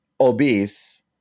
obese